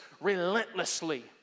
relentlessly